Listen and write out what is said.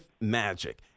magic